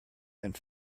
and